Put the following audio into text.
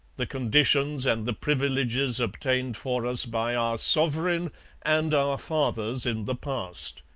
the conditions and the privileges obtained for us by our sovereign and our fathers in the past.